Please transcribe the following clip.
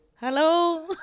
Hello